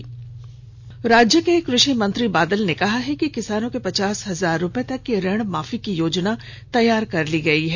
कृषि मंत्री राज्य के कृषि मंत्री बादल ने कहा है कि किसानों के पचास हजार रुपए तक की ऋण माफी की योजना तैयार कर ली गई है